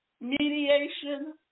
mediation